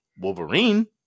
Wolverine